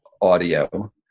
audio